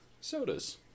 sodas